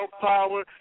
power